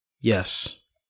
Yes